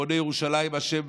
בוני ירושלים השם,